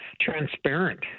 transparent